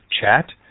Chat